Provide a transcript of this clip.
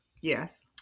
Yes